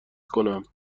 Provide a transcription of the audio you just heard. کنم